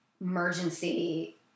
emergency